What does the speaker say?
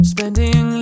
Spending